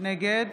נגד